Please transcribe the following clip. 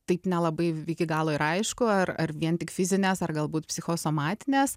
taip nelabai iki galo ir aišku ar ar vien tik fizinės ar galbūt psichosomatinės